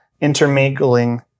intermingling